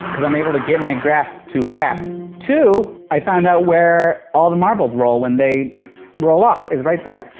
cause i'm able to get my grasp too fast. two, i found out where all the marbles roll when they roll off, is right there.